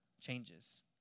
changes